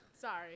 Sorry